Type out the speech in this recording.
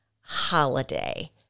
holiday